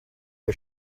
you